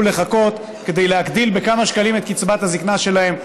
לחכות כדי להגדיל בכמה שקלים את קצבת הזקנה שלהם.